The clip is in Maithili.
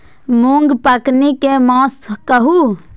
मूँग पकनी के मास कहू?